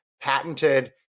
patented